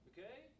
Okay